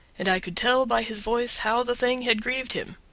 and i could tell by his voice how the thing had grieved him.